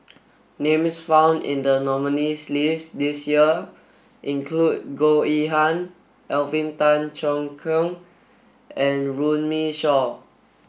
names found in the nominees' list this year include Goh Yihan Alvin Tan Cheong Kheng and Runme Shaw